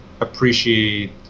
appreciate